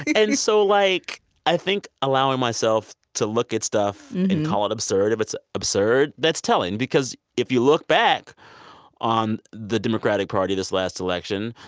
and so like i think allowing myself to look at stuff and call it absurd, if it's absurd that's telling. because if you look back on the democratic party this last election,